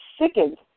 sickened